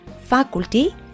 faculty